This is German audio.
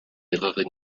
lehrerin